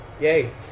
Yay